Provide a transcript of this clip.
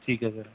ਠੀਕ ਹੈ ਸਰ